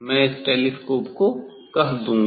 मैं इस टेलीस्कोप को कस दूंगा